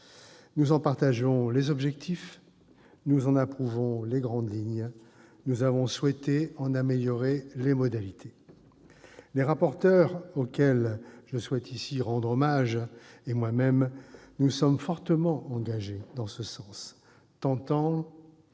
Nous en partageons les objectifs ; nous en approuvons les grandes lignes ; nous avons souhaité en améliorer les modalités. Les rapporteurs et moi-même nous sommes fortement engagés dans ce sens, tentant